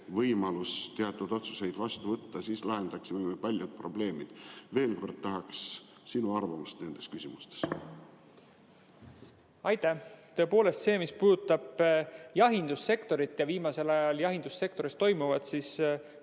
teatud otsuseid vastu võtta. Niimoodi me lahendaksime paljud probleemid. Veel kord tahaks sinu arvamust nendes küsimustes. Aitäh! Tõepoolest, mis puudutab jahindussektorit ja viimasel ajal jahindussektoris toimuvat, siis ka